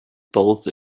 both